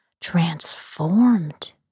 transformed